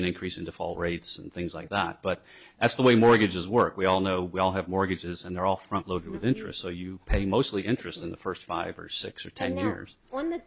an increase in default rates and things like that but that's the way mortgages work we all know we all have mortgages and they're all front loaded with interest so you pay mostly interest in the first five or six or ten years when th